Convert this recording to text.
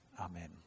Amen